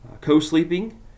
Co-sleeping